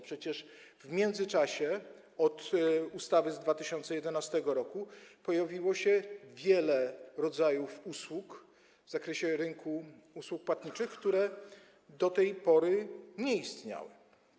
Przecież w międzyczasie, od ustawy z 2011 r. pojawiło się wiele rodzajów usług w zakresie rynku usług płatniczych, które do tej pory nie istniały.